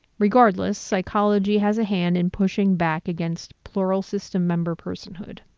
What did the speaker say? regardless, psychology has a hand in pushing back against plural system member personhood.